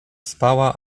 spała